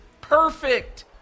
Perfect